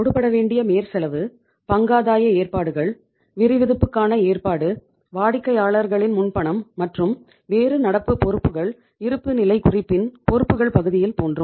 கொடு படவேண்டிய மேற்செலவு பங்காதாய ஏற்பாடுகள் வரிவிதிப்புகாண ஏற்பாடு வாடிக்கையாளர்களின் முன்பணம் மற்றும் வேறு நடப்பு பொறுப்புகள் இருப்புநிலை குறிப்பின் பொறுப்புக்கள் பக்கத்தில் தோன்றும்